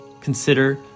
consider